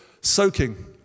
soaking